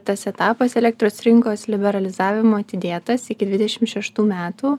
tas etapas elektros rinkos liberalizavimo atidėtas iki dvidešim šeštų metų